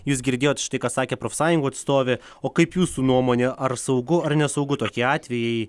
jūs girdėjot štai ką sakė profsąjungų atstovė o kaip jūsų nuomone ar saugu ar nesaugu tokie atvejai